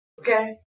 okay